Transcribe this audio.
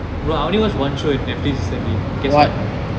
bro I only watched one show netflix you send me guess what